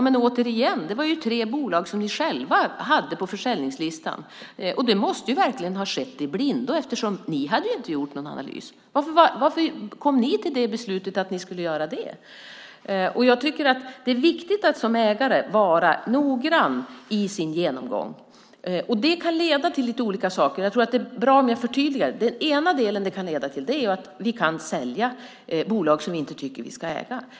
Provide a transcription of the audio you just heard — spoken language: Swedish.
Men det var ju de tre bolag som ni själva hade på försäljningslistan, och det måste verkligen ha skett i blindo eftersom ni inte hade gjort någon analys. Varför kom ni fram till det beslutet? Det är viktigt att som ägare vara noggrann i sin genomgång, för det kan leda till lite olika saker. Det är nog bra om jag förtydligar det. För det första kan det leda till att vi kan sälja bolag som vi inte tycker att vi ska äga.